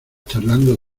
charlando